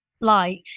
light